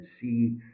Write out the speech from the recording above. see